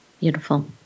Beautiful